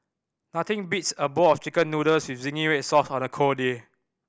nothing beats a bowl of Chicken Noodles with zingy red sauce on a cold day